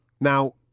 Now